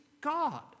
God